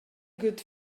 good